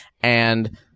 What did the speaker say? And-